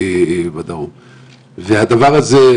הדבר הזה,